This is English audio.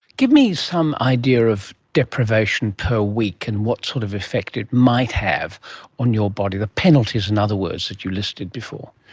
give me some idea of deprivation per week and what sort of effect it might have on your body, the penalties, in other words, that you listed before?